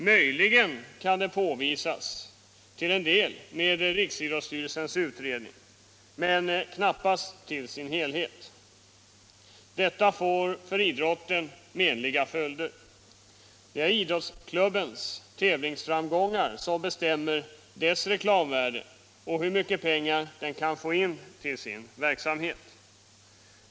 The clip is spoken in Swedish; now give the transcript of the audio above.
Möjligen kan det påvisas till en del genom riksidrottsstyrelsens utredning, men knappast i sin helhet. Detta får för idrotten menliga följder. Det är idrottsklubbens tävlingsframgångar som bestämmer dess reklamvärde och hur mycket pengar den kan få in till sin verksamhet.